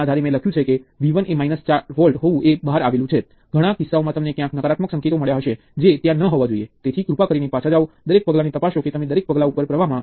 હવે મેં હમણાં જ કહ્યું છે કે જ્યારે તમારી પાસે સીરિઝ માં ઘણા બધા તત્વો હોય છે ત્યારે તે બધામાંથી સમાન પ્રવાહ વહે છે